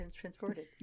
transported